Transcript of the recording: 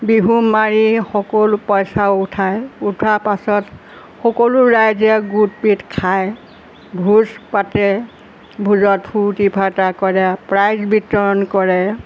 বিহু মাৰি সকলো পইচা উঠায় উঠাৰ পাছত সকলো ৰাইজে গোট পিট খায় ভোজ পাতে ভোজত ফূৰ্তি ফাৰ্তা কৰে প্ৰাইজ বিতৰণ কৰে